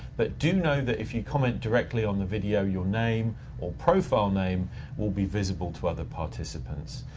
but do know that if you comment directly on the video your name or profile name will be visible to other participants.